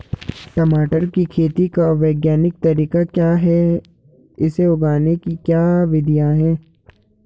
टमाटर की खेती का वैज्ञानिक तरीका क्या है इसे उगाने की क्या विधियाँ हैं?